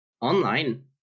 online